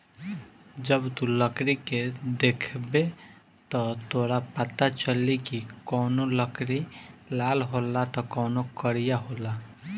जब तू लकड़ी के देखबे त तोरा पाता चली की कवनो लकड़ी लाल होला त कवनो करिया होला